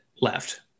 left